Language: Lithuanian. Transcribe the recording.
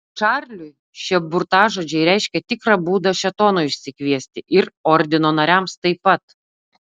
čarliui šie burtažodžiai reiškė tikrą būdą šėtonui išsikviesti ir ordino nariams taip pat